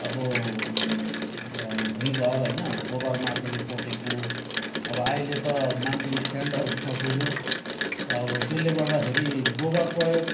अब भुइँ घर होइन गोबर माटोले पोतेको अब अहिले त मान्छे स्टान्डर उसमा पुग्यो अब त्यसले गर्दाखेरि गोबर प्रयोग